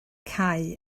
cau